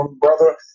brother